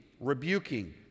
rebuking